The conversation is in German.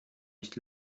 nicht